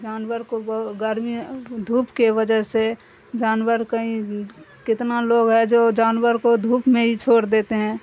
جانور کو گرمی دھوپ کے وجہ سے جانور کہیں کتنا لوگ ہے جو جانور کو دھوپ میں ہی چھوڑ دیتے ہیں